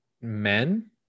men